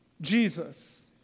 Jesus